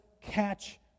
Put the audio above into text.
catch